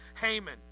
haman